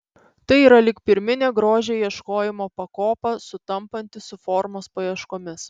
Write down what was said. tai yra lyg pirminė grožio ieškojimo pakopa sutampanti su formos paieškomis